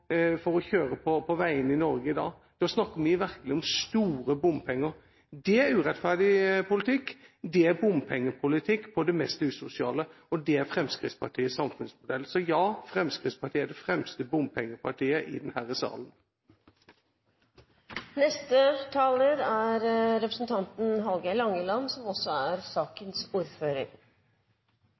i Norge i dag. Da snakker vi virkelig om store bompenger. Det er urettferdig politikk, det er bompengepolitikk på det mest usosiale. Det er Fremskrittspartiets samfunnsmodell. Så – ja, Fremskrittspartiet er det fremste bompengepartiet her i salen. Eg skal prøva – eg ser det er ingen fleire som